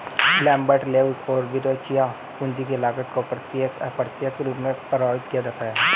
Lambert, Leuz और Verrecchia, पूंजी की लागत को प्रत्यक्ष, अप्रत्यक्ष रूप से प्रभावित करती है